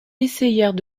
essayèrent